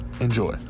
enjoy